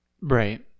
right